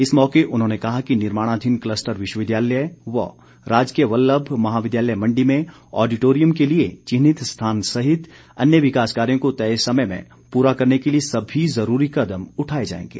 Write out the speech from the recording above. इस मौके उन्होंने कहा कि निर्माणाधीन क्लस्टर विश्वविद्यालय व राजकीय वल्लभ महाविद्यालय मण्डी में आडिटोरियम के लिए चिन्हित स्थान सहित अन्य विकास कार्यो को तय समय में पूरा करने के लिए सभी जरूरी कदम उठाए जाएंगे